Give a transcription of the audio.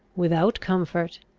without comfort,